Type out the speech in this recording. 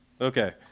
Okay